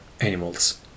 animals